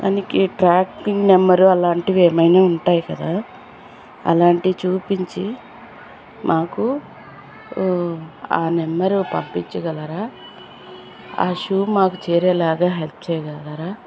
అందుకే tracking number అలాంటివేమైనా ఉంటాయి కదా అలాంటివి చూపించి మాకు ఆ నెంబరు పంపించగలరా ఆ షూ మాకు చేరేలాగా హెల్ఫ్ చేయగలరా